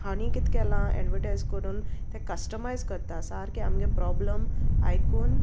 हांणी कित केलां एडवटायज करून ते कस्टमायज करता सारके आमगे प्रोब्लम आयकून